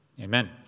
Amen